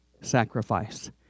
sacrifice